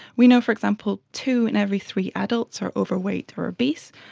we know, for example, two in every three adults are overweight or obese,